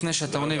לפני שאתה עונה,